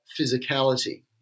physicality